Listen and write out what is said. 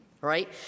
right